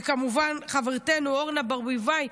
וכמובן חברתנו אורנה ברביבאי,